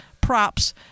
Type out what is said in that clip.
props